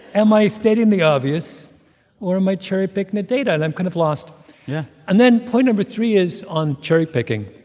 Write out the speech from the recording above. am i stating the obvious or am i cherry-picking the data? and i'm kind of lost yeah and then point no. three is on cherry-picking.